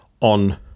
on